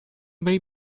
may